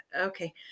okay